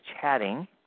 chatting